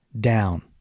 down